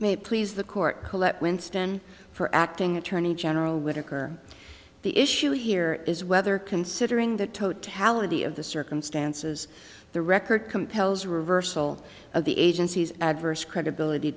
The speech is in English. may please the court collette winston for acting attorney general whitaker the issue here is whether considering the totality of the circumstances the record compels reversal of the agency's adverse credibility